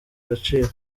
agaciro